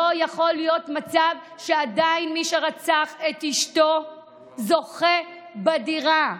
לא יכול להיות מצב שעדיין מי שרצח את אשתו זוכה בדירה,